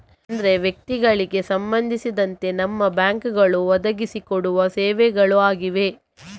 ಅಂದ್ರೆ ವ್ಯಕ್ತಿಗಳಿಗೆ ಸಂಬಂಧಿಸಿದಂತೆ ನಮ್ಮ ಬ್ಯಾಂಕುಗಳು ಒದಗಿಸಿ ಕೊಡುವ ಸೇವೆಗಳು ಆಗಿವೆ